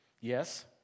yes